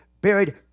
buried